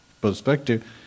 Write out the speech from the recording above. perspective